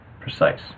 precise